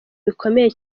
bikomeye